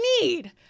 need